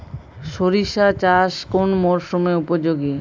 সরিষা চাষ কোন মরশুমে উপযোগী?